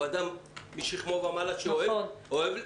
שהוא אדם משכמו ומעלה שאוהב אתגרים,